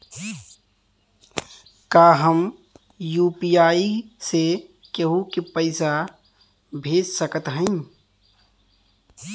का हम यू.पी.आई से केहू के पैसा भेज सकत हई?